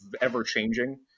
ever-changing